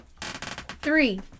Three